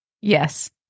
Yes